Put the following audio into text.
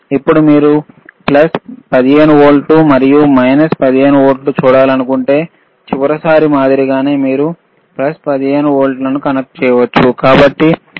ఇప్పుడు మీరు ప్లస్ 15 వోల్ట్లు మరియు మైనస్ 15 వోల్ట్లను చూడాలనుకుంటే చివరిసారి మాదిరిగానే మీరు ప్లస్ 15 వోల్ట్లను కనెక్ట్ చేయవచ్చు